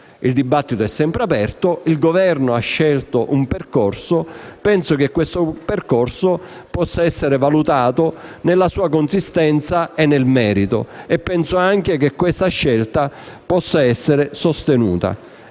Il dibattito è sempre aperto. Il Governo ha scelto un percorso e penso che questo possa essere valutato nella sua consistenza e nel merito. Penso anche che questa scelta possa essere sostenuta.